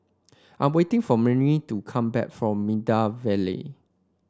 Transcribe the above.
I'm waiting for Mirtie to come back from Maida Vale